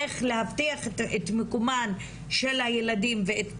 איך להבטיח את מקומם של הילדים ואת פרנסתם.